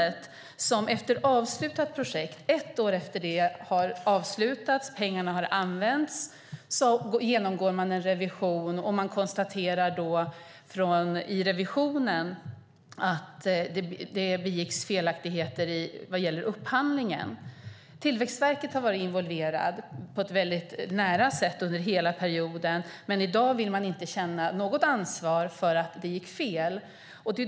Ett år efter avslutat projekt och efter att pengarna använts görs en revision. I revisionen konstateras att felaktigheter begicks vid upphandlingen. Tillväxtverket har under hela perioden varit väldigt nära involverat. Men i dag vill man inte känna något ansvar för att det gick fel.